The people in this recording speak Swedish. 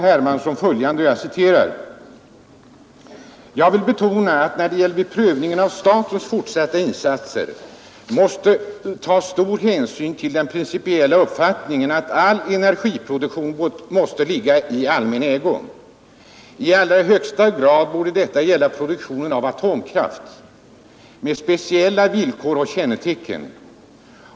Hermansson: ”Jag vill bara betona att det vid prövningen av statens fortsatta insatser måste tas stor hänsyn till den principiella uppfattningen att all energiproduktion borde ligga i allmän ägo. I allra högsta grad borde detta gälla produktionen av atomkraft med dess speciella villkor och kännemärken.